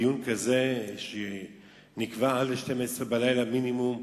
בדיון כזה שנקבע עד 24:00 מינימום,